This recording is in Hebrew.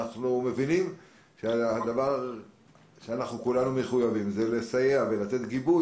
אנחנו מבינים שכולנו מחויבים לסייע ולתת גיבוי